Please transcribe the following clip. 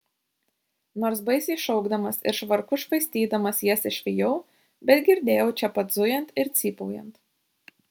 nors baisiai šaukdamas ir švarku švaistydamas jas išvijau bet girdėjau čia pat zujant ir cypaujant